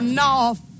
north